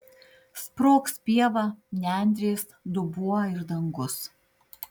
sprogs pieva nendrės dubuo ir dangus